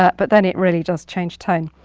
ah but then it really does change tone.